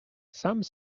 some